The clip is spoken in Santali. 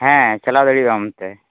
ᱦᱮᱸ ᱪᱟᱞᱟᱣ ᱫᱟᱲᱮᱭᱟᱜᱼᱟᱢ ᱚᱱᱛᱮ